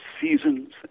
seasons